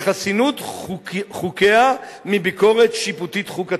לחסינות חוקיה מביקורת שיפוטית חוקתית,